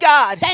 God